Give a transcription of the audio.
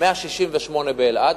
168 באלעד,